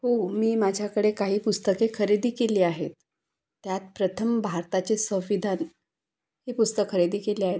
हो मी माझ्याकडे काही पुस्तके खरेदी केली आहेत त्यात प्रथम भारताचे संविधान हे पुस्तक खरेदी केले आहेत